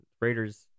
Raiders